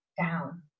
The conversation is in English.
down